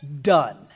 done